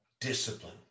Discipline